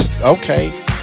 okay